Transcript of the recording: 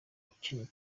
ukennye